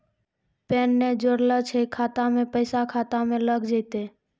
Pan ने जोड़लऽ छै खाता मे पैसा खाता मे लग जयतै?